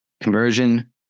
conversion